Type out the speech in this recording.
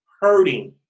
hurting